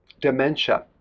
dementia